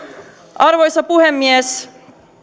arvoisa puhemies